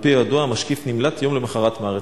על-פי הידוע המשקיף נמלט יום למחרת מהארץ.